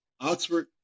Oxford